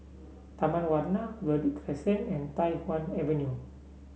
Taman Warna Verde Crescent and Tai Hwan Avenue